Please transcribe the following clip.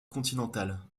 continentale